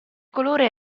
colore